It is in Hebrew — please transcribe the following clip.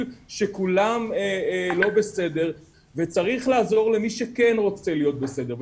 שכולן לא בסדר וצריך לעזור למי שכן רוצה להיות בסדר,